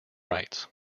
rights